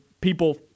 people